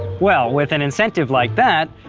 well, with an incentive like that,